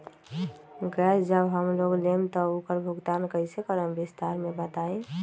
Gas जब हम लोग लेम त उकर भुगतान कइसे करम विस्तार मे बताई?